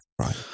right